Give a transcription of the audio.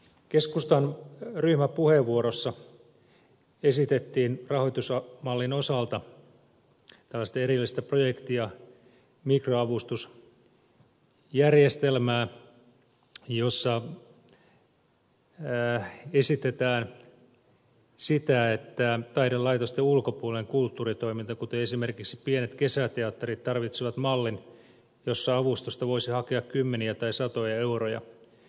keskustan ryhmäpuheenvuorossa esitettiin rahoitusmallin osalta tällaista erillistä projektia mikroavustusjärjestelmää jossa esitetään että taidelaitosten ulkopuolinen kulttuuritoiminta kuten esimerkiksi pienet kesäteatterit tarvitsee mallin jossa avustusta voisi hakea kymmeniä tai satoja euroja